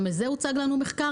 גם על זה הוצג לנו מחקר,